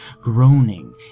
groaning